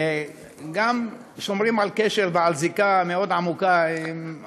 שגם שומרים על קשר ועל זיקה מאוד עמוקה על האל,